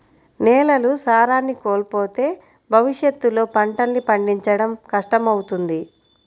నేలలు సారాన్ని కోల్పోతే భవిష్యత్తులో పంటల్ని పండించడం కష్టమవుతుంది